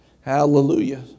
Hallelujah